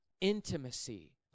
intimacy